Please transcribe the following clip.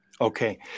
Okay